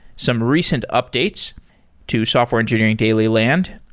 some recent updates to software engineering daily land,